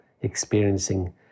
experiencing